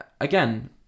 Again